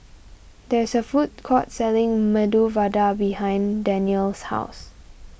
there is a food court selling Medu Vada behind Danyel's house